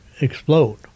explode